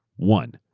one,